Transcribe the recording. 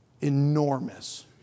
enormous